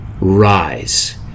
rise